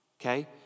okay